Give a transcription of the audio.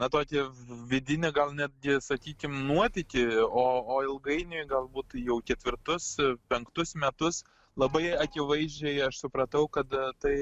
na tokį vidinį gal netgi sakykim nuotykį o o ilgainiui galbūt jau ketvirtus penktus metus labai akivaizdžiai aš supratau kad tai